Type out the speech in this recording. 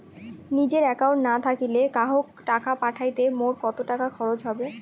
নিজের একাউন্ট না থাকিলে কাহকো টাকা পাঠাইতে মোর কতো খরচা হবে?